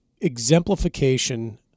exemplification